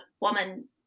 woman